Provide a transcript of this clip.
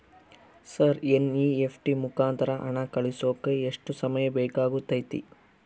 Sir NEFT ಮುಖಾಂತರ ಹಣ ಕಳಿಸೋಕೆ ಎಷ್ಟು ಸಮಯ ಬೇಕಾಗುತೈತಿ?